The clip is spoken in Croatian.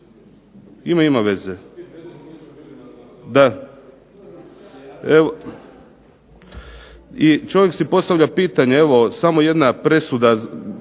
Ima, ima veze. I čovjek si postavlja pitanje, evo samo jedna presuda